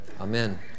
Amen